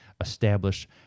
establish